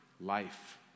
life